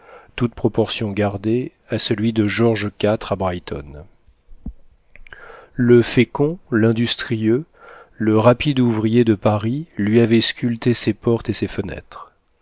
toute proportion gardée à celui de georges iv à brighton le fécond l'industrieux le rapide ouvrier de paris lui avait sculpté ses portes et ses fenêtres